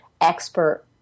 expert